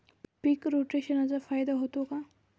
पीक रोटेशनचा फायदा होतो का?